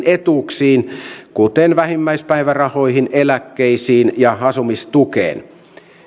etuuksiin kuten vähimmäispäivärahoihin eläkkeisiin ja asumistukeen